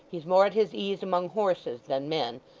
he's more at his ease among horses than men.